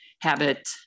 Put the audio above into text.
habit